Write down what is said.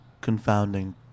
confounding